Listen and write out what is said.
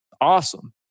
awesome